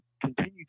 continue